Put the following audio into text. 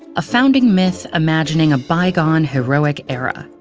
a founding myth imagining a bygone heroic era.